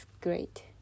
great